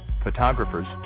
photographers